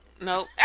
Nope